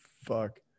fuck